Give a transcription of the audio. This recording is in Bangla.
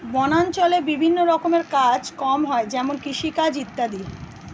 বনাঞ্চলে বিভিন্ন রকমের কাজ কম হয় যেমন কৃষিকাজ ইত্যাদি